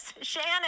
Shannon